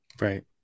right